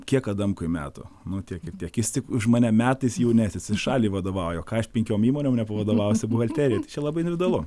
kiek adamkui metų nu tiek ir tiek jis tik už mane metais jaunesnis ir šaliai vadovauja o ką aš penkiom įmonėm nepavadovausiu buhalterijai tai čia labai individualu